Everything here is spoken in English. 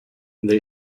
they